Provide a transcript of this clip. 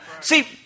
See